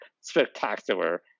spectacular